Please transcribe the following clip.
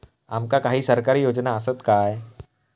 आमका काही सरकारी योजना आसत काय?